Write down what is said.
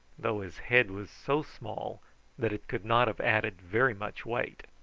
though his head was so small that it could not have added very much weight.